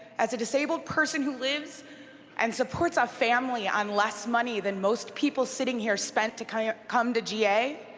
as a disabled person who lives and supports a family on less money than most people sitting here spent to kind of come to ga,